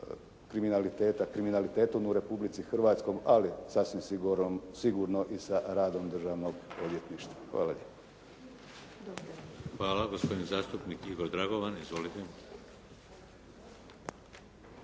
kriminalitetom u Republici Hrvatskoj, ali sasvim sigurno i sa radom Državnog odvjetništva. Hvala. **Šeks, Vladimir (HDZ)** Hvala. Gospodin zastupnik Igor Dragovan. Izvolite.